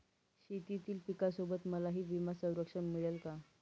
शेतीतील पिकासोबत मलाही विमा संरक्षण मिळेल का?